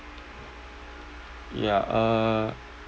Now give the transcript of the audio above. yeah uh